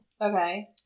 Okay